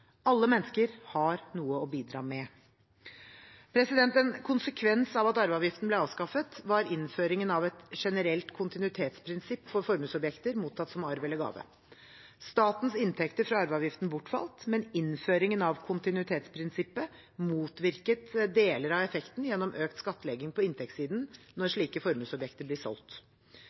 Alle mennesker har noe å bidra med. En konsekvens av at arveavgiften ble avskaffet, var innføringen av et generelt kontinuitetsprinsipp for formuesobjekter mottatt som arv eller gave. Statens inntekter fra arveavgiften bortfalt, men innføringen av kontinuitetsprinsippet motvirket deler av effekten gjennom økt skattlegging på inntektssiden når slike formuesobjekter blir solgt.